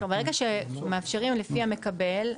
ברגע שמאפשרים לפי המקבל,